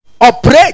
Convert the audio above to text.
operate